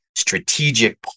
strategic